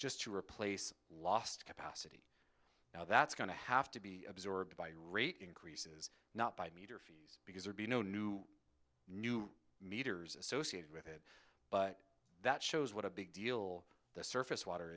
just to replace lost capacity now that's going to have to be absorbed by rate increases not by meter fees because there'd be no new new meters associated with it but that shows what a big deal the surface water